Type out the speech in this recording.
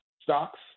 stocks